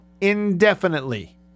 indefinitely